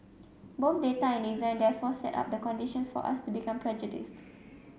both data and design therefore set up the conditions for us to become prejudiced